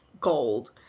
gold